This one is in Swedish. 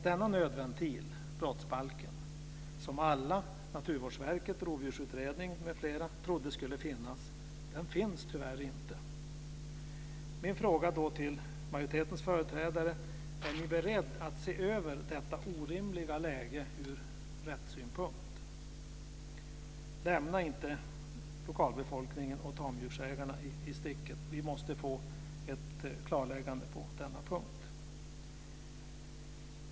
Denna nödventil, brottsbalken, som alla trodde skulle finnas finns tyvärr inte. Min fråga är då till majoritetens företrädare: Är ni beredda att se över detta ur rättssynpunkt orimliga läge? Lämna inte lokalbefolkningen och tamdjursägarna i sticket. Vi måste få ett klarläggande på denna punkt.